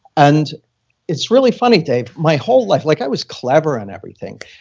and it's really funny, dave. my whole life, like i was clever and everything,